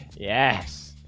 yes,